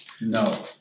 No